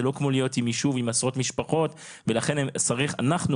זה לא כמו להיות עם יישוב עם עשרות משפחות ולכן צריך שאנחנו,